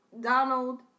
Donald